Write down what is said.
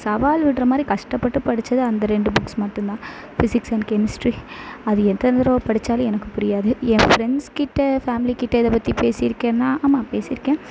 சவால் விட்ற மாதிரி கஷ்டப்பட்டு படிச்சது அந்த ரெண்டு புக்ஸ் மட்டுந்தான் ஃபிஸிக்ஸ் அண்ட் கெமிஸ்ட்ரி அது எத்தனை தடவை படிச்சாலும் எனக்கு புரியாது என் ஃபிரெண்ட்ஸ்கிட்ட ஃபேமிலிக்கிட்ட இதை பற்றி நான் பேசியிருக்கேனா ஆமாம் பேசியிருக்கேன்